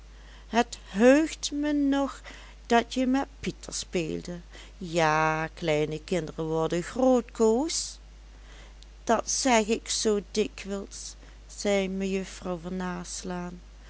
het heugt me nog dat je met pieter speelde ja kleine kinderen worden groot koos dat zeg ik zoo dikwijls zei mejuffrouw